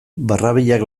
barrabilak